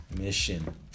mission